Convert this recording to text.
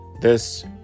This